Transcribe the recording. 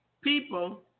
People